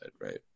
right